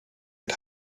had